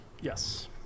Yes